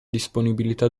disponibilità